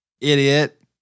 idiot